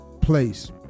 place